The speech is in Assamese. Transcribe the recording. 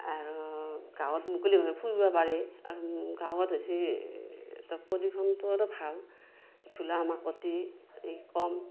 আৰু গাঁৱত মুকলিভাৱে ফুৰিব পাৰি আৰু গাঁৱত হৈছি ত প্ৰদূষণটো ভাল ধূলা মাকটি এই কম